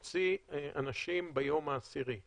ולהוציא אנשים ביום העשירי?